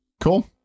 Cool